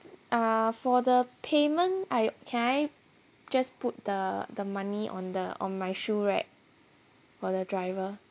uh for the payment I can I just put the the money on the on my shoe rack for the driver